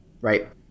Right